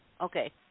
Okay